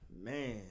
Man